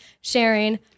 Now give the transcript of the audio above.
sharing